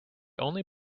only